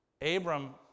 Abram